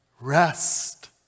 rest